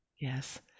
yes